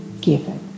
given